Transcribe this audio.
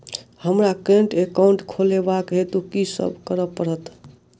हमरा current account खोलेवाक हेतु की सब करऽ पड़त?